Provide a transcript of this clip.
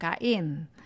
kain